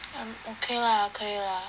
I'm okay lah 可以 lah